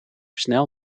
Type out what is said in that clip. snel